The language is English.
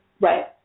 Right